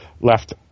left